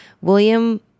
William